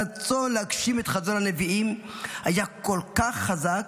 הרצון להגשים את חזון הנביאים היה כל כך חזק,